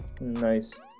Nice